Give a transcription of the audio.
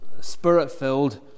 Spirit-filled